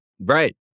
Right